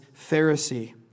Pharisee